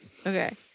Okay